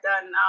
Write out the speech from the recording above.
done